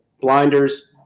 blinders